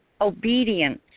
obedience